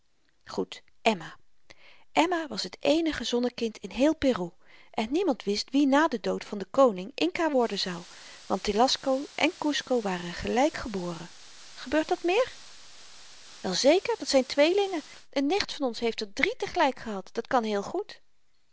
goed emma emma was t eenige zonnekind in heel peru en niemand wist wie na den dood van den koning inca worden zou want telasco en kusco waren gelyk geboren gebeurt dat meer wel zeker dat zyn tweelingen een nicht van ons heeft er drie te gelyk gehad dat kan heel goed